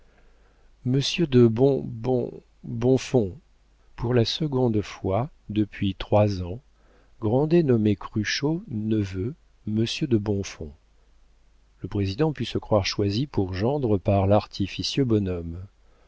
de bon bon bonfons pour la seconde fois depuis trois ans grandet nommait cruchot neveu monsieur de bonfons le président put se croire choisi pour gendre par l'artificieux bonhomme